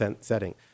setting